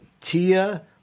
Tia